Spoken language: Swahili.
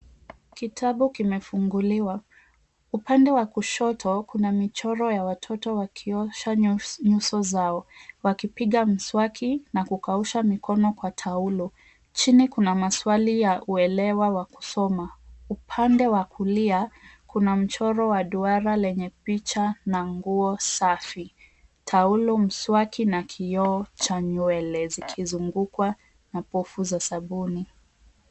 Kitabu kimefunguliwa. Upande wa kushoto, kuna michoro ya watoto wakiosha nyuso zao, wakipiga mswaki na kukausha mikono kwa taulo. Chini kuna maswali ya uelewa wa kusoma. Upande wa kulia kuna mchoro wa duara lenye picha na nguo safi, taulo, mswaki na kioo cha nywele zikizungukwa na povu za sabuni.